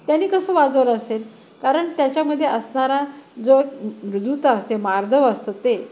त्यानी कसं वाजवल असेल कारण त्याच्यामध्ये असनारा जो दूता असते मार्दव असतं ते